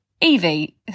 Evie